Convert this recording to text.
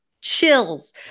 Chills